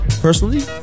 personally